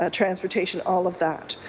ah transportation, all of that.